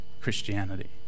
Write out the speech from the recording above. Christianity